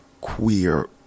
queer